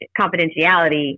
confidentiality